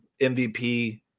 MVP